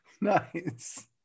Nice